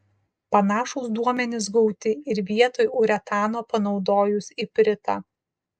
panašūs duomenys gauti ir vietoj uretano panaudojus ipritą